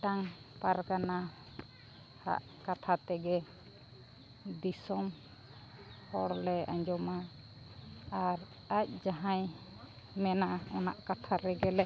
ᱢᱤᱫᱴᱟᱝ ᱯᱟᱨᱜᱟᱱᱟ ᱦᱟᱜ ᱠᱟᱛᱷᱟ ᱛᱮᱜᱮ ᱫᱤᱥᱚᱢ ᱦᱚᱲᱞᱮ ᱟᱸᱡᱚᱢᱟ ᱟᱨ ᱟᱡ ᱡᱟᱦᱟᱸᱭ ᱢᱮᱱᱟ ᱠᱟᱛᱷᱟ ᱨᱮᱜᱮ ᱞᱮ